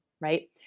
right